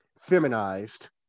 feminized